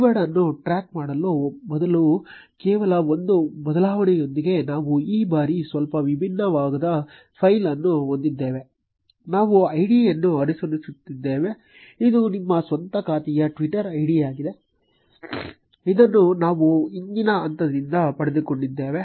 keyword ಅನ್ನು track ಮಾಡುವ ಬದಲು ಕೇವಲ ಒಂದು ಬದಲಾವಣೆಯೊಂದಿಗೆ ನಾವು ಈ ಬಾರಿ ಸ್ವಲ್ಪ ವಿಭಿನ್ನವಾದ ಫೈಲ್ ಅನ್ನು ಹೊಂದಿದ್ದೇವೆ ನಾವು ಐಡಿಯನ್ನು ಅನುಸರಿಸುತ್ತಿದ್ದೇವೆ ಇದು ನಿಮ್ಮ ಸ್ವಂತ ಖಾತೆಯ ಟ್ವಿಟರ್ ಐಡಿ ಆಗಿದೆ ಇದನ್ನು ನಾವು ಹಿಂದಿನ ಹಂತದಿಂದ ಪಡೆದುಕೊಂಡಿದ್ದೇವೆ